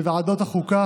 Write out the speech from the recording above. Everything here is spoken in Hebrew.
בוועדת החוקה,